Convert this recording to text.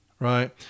Right